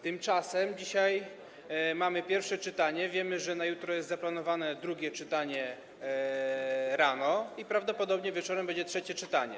Tymczasem dzisiaj mamy pierwsze czytanie, wiemy, że na jutro rano jest zaplanowane drugie czytanie i prawdopodobnie wieczorem będzie trzecie czytanie.